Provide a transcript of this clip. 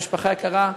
משפחה יקרה,